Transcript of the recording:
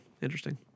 interesting